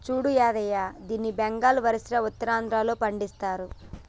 సూడు యాదయ్య దీన్ని బెంగాల్, ఒరిస్సా, ఉత్తరాంధ్రలో పండిస్తరు